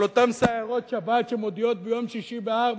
אותן סיירות שבת שמודיעות ביום שישי ב-16:30,